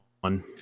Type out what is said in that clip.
one